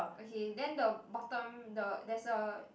okay then the bottom the there's a